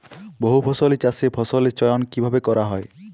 বহুফসলী চাষে ফসলের চয়ন কীভাবে করা হয়?